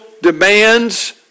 demands